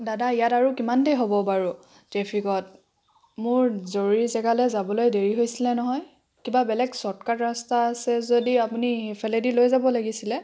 দাদা ইয়াত আৰু কিমান দেৰি হ'ব বাৰু ট্ৰেফিকত মোৰ জৰুৰী জেগালৈ যাবলৈ দেৰি হৈছিলে নহয় কিবা বেলেগ শ্ৱৰ্টকাট ৰাস্তা আছে যদি আপুনি সেইফালেদি লৈ যাব লাগিছিলে